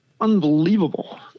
unbelievable